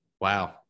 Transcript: Wow